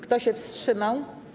Kto się wstrzymał?